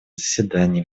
заседаний